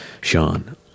Sean